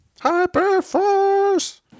Hyperforce